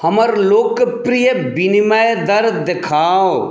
हमरा लोकप्रिय विनिमय दर देखाउ